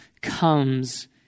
comes